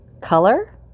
color